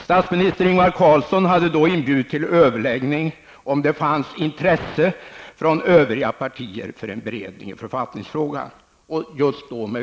Statsminister Ingvar Carlsson hade då inbjudit till överläggningar för att se om det fanns intresse från övriga partier för en beredning i författningsfrågan.